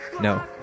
No